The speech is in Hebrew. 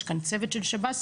יש כאן צוות של שב"ס,